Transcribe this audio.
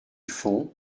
fond